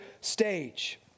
stage